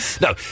No